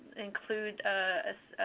include a